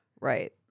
Right